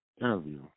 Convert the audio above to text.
interview